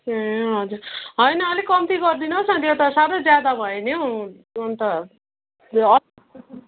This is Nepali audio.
हजुर होइन अलिक कम्ती गरिदिनु होस् न त्यो त साह्रै ज्यादा भयो नि हो हुन त